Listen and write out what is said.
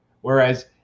Whereas